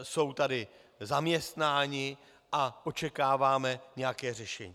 Jsou tady zaměstnáni a očekáváme nějaké řešení.